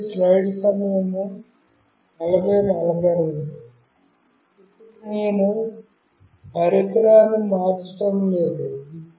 ఇప్పుడు నేను పరికరాన్ని మార్చడం లేదు